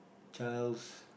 child's